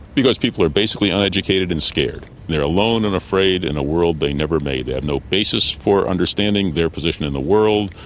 because people are basically uneducated and scared. they are alone and afraid in a world they never made. they have no basis for understanding their position in the world,